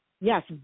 yes